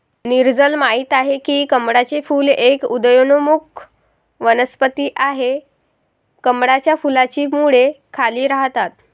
नीरजल माहित आहे की कमळाचे फूल एक उदयोन्मुख वनस्पती आहे, कमळाच्या फुलाची मुळे खाली राहतात